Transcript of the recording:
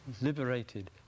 liberated